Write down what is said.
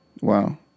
Wow